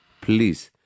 please